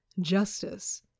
justice